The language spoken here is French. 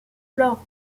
fleurs